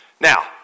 Now